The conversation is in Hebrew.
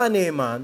בא הנאמן